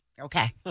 Okay